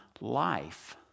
life